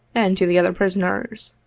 and to the other prisoners.